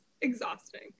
Exhausting